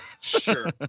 sure